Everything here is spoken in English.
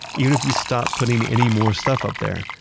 even if we stopped putting any more stuff up there,